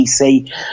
PC